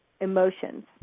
emotions